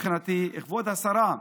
מבחינתי, כבוד השרה,